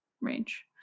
range